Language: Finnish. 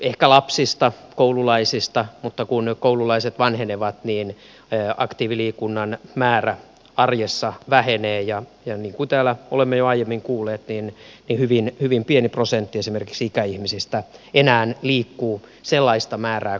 ehkä lapset koululaiset mutta kun koululaiset vanhenevat niin aktiiviliikunnan määrä arjessa vähenee ja niin kuin täällä olemme jo aiemmin kuulleet niin hyvin pieni prosentti esimerkiksi ikäihmisistä enää liikkuu sellaista määrää kuin pitäisi